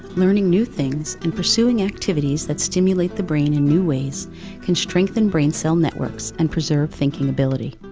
learning new things and pursuing activities that stimulate the brain in new ways can strengthen brain cell networks and preserve thinking ability.